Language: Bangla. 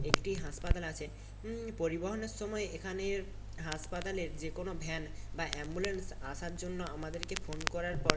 একটি হাসপাতাল আছে পরিবহনের সময় এখানের হাসপাতালের যে কোনও ভ্যান বা অ্যাম্বুলেন্স আসার জন্য আমাদেরকে ফোন করার পর